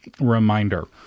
reminder